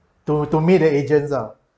to to me the agents ah